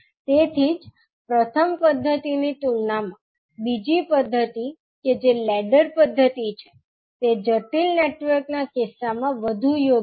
તેથી જ પ્રથમ પદ્ધતિ ની તુલનામાં બીજી પદ્ધતિ કે જે લેડર પદ્ધતિ છે તે જટિલ નેટવર્કના કિસ્સામાં વધુ યોગ્ય છે